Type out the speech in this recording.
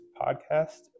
podcast